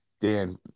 Dan